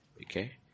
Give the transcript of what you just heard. Okay